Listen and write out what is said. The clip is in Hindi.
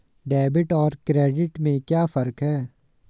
डेबिट और क्रेडिट में क्या फर्क है?